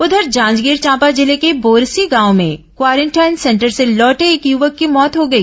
उधर जांजगीर चांपा जिले के बोरसी गांव में क्वारेंटाइन सेंटर से लौटे एक युवक की मौत हो गई